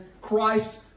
Christ